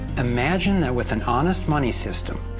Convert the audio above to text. imagine that with an honest money system,